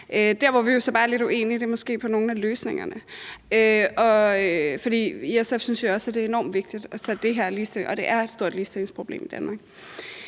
uenige, er måske om nogle af løsningerne. I SF synes vi også, at det er enormt vigtigt at tage det her ligestillingsproblem op,